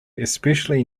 especially